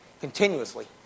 continuously